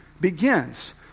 begins